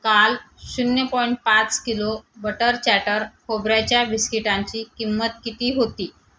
काल शून्य पॉईंट पाच किलो बटर चॅटर खोबऱ्याच्या बिस्किटांची किंमत किती होती